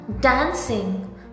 dancing